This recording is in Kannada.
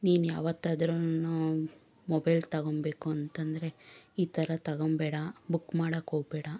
ನೀನು ಯಾವತ್ತಾದ್ರೂನು ಮೊಬೈಲ್ ತಗೊಳ್ಬೇಕು ಅಂತಂದರೆ ಈ ಥರ ತಗೊಳ್ಬೇಡ ಬುಕ್ ಮಾಡೋಕ್ಕೋಗ್ಬೇಡ